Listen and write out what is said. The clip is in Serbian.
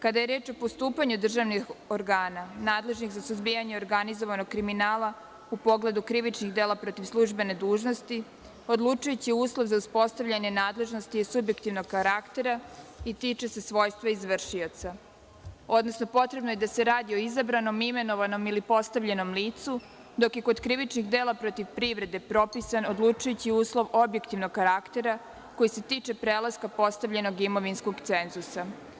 Kada je reč o postupanju državnih organa nadležnih za suzbijanje organizovanog kriminala u pogledu krivičnih dela protiv službene dužnosti odlučujući uslov za uspostavljanje nadležnosti je subjektivnog karaktera i tiče se svojstva izvršioca, odnosno potrebno je da se radi o izabranom, imenovanom ili postavljenom licu, dok je kod krivičnih dela protiv privrede propisan odlučujući uslov objektivnog karaktera koji se tiče prelaska postavljenog imovinskog cenzusa.